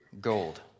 gold